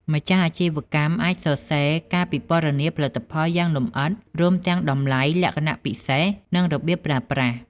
ម្ចាស់អាជីវកម្មអាចសរសេរការពិពណ៌នាផលិតផលយ៉ាងលម្អិត រួមទាំងតម្លៃ លក្ខណៈពិសេស និងរបៀបប្រើប្រាស់។